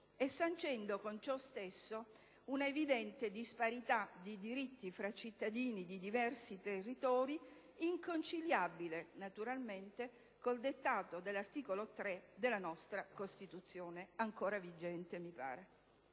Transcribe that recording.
e sancendo con ciò stesso una evidente disparità di diritti fra cittadini di diversi territori, disparità inconciliabile, naturalmente, con il dettato dell'articolo 3 della nostra Costituzione, ancora vigente, mi pare.